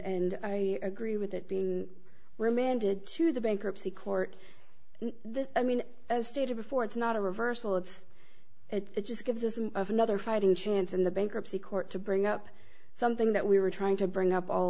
and i agree with it being remanded to the bankruptcy court i mean as stated before it's not a reversal it's it's just gives us some of another fighting chance in the bankruptcy court to bring up something that we were trying to bring up all